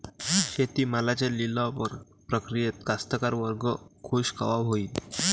शेती मालाच्या लिलाव प्रक्रियेत कास्तकार वर्ग खूष कवा होईन?